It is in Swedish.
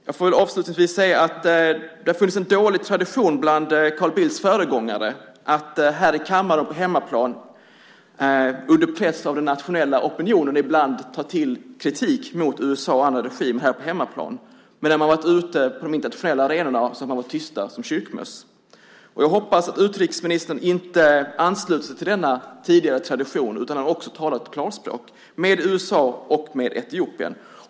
Jag får avslutningsvis säga att det har funnits en dålig tradition bland Carl Bildts föregångare att här i kammaren, här på hemmaplan, under press från den nationella opinionen, ibland ta till kritik mot USA och andra regimer här på hemmaplan. Men när man har varit ute på de internationella arenorna har man varit tysta som kyrkmöss. Jag hoppas att utrikesministern inte ansluter sig till denna tidigare tradition utan att han också talar klarspråk med USA och Etiopien.